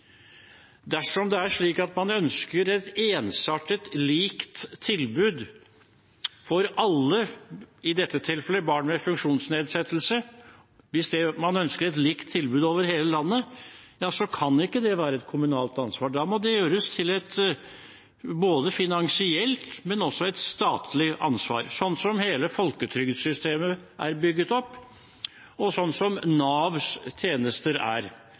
Dersom det er slik at man ønsker et ensartet, likt tilbud for alle, over hele landet – i dette tilfellet barn med funksjonsnedsettelse – kan det ikke være et kommunalt ansvar. Da må det gjøres til et finansielt, men også et statlig ansvar, slik som hele folketrygdsystemet er bygget opp, og slik som Navs tjenester er.